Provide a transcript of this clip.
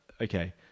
okay